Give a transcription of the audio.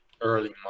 early